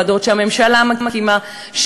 על ועדות שהממשלה מקימה,